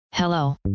Hello